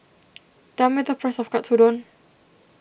tell me the price of Katsudon